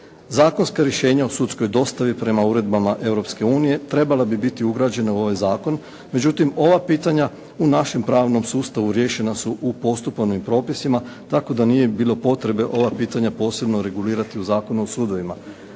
Zakonska rješenja o sudskoj dostavi prema uredbama Europske unije trebala bi biti ugrađena u ovaj zakon, međutim ova pitanja u našem pravnom sustavu riješena su u postupovnim propisima tako da nije bilo potrebe ova pitanja posebno regulirati u Zakonu o sudovima.